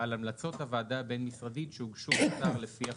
ועל המלצות הוועדה הבין-משרדית שהוגשו לשר לפי החוק,